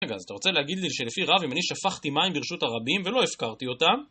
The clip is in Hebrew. רגע, אז אתה רוצה להגיד לי שלפי רב אם אני שפכתי מים ברשות הרבים ולא הפקרתי אותם...